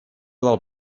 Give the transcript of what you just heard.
del